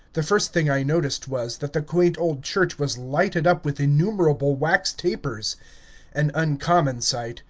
the first thing i noticed was, that the quaint old church was lighted up with innumerable wax tapers an uncommon sight,